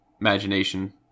imagination